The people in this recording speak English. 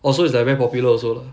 oh so it's like very popular also lah